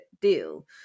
deal